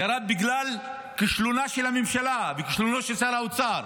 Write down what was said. הוא ירד בגלל כישלונה של הממשלה וכישלונו של שר האוצר.